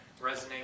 resonate